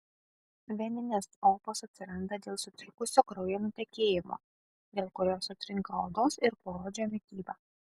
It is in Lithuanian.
veninės opos atsiranda dėl sutrikusio kraujo nutekėjimo dėl kurio sutrinka odos ir poodžio mityba